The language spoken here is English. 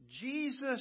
Jesus